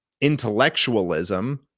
intellectualism